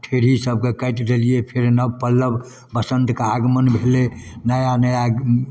खेरही सबके काटि देलिए फेर नब पल्लव बसन्तके आगमन भेलै नया नया